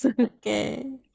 Okay